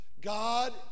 God